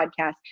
podcast